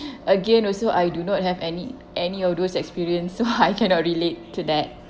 again also I do not have any any of those experience so I cannot relate to that